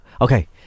Okay